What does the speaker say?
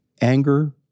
Anger